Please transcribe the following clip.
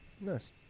Nice